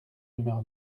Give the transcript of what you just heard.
numéro